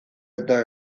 eta